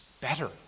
better